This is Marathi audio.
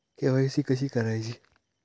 के.वाय.सी कशी करायची?